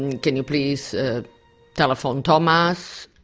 and can you please telephone thomas?